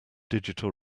digital